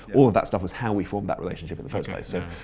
all of that stuff is how we formed that relationship in the first place. so